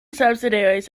subsidiaries